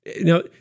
Now